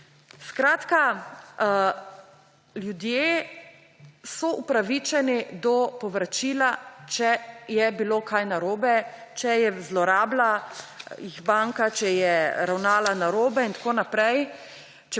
Skratka, ljudje so upravičeni do povračila, če je bilo kaj narobe, če jih je zlorabila banka, če je ravnala narobe in tako naprej.